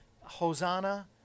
Hosanna